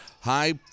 high